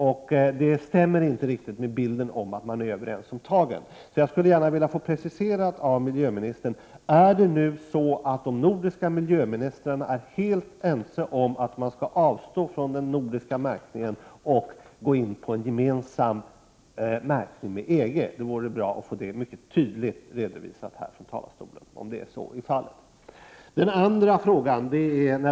Och det stämmer inte riktigt med bilden av att man är överens om tagen. Jag skulle därför gärna vilja att miljöministern gör en precisering. Är de nordiska miljöministrarna nu helt ense om att man skall avstå från den nordiska märkningen och ansluta sig till EG:s märkning? Det vore bra att få detta mycket tydligt redovisat från talarstolen.